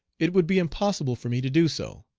it would be impossible for me to do so.